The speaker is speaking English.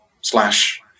slash